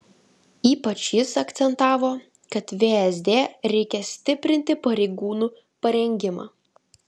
ypač jis akcentavo kad vsd reikia stiprinti pareigūnų parengimą